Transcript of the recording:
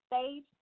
stage